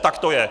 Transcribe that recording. Tak to je!